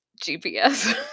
GPS